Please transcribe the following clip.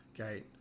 okay